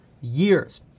years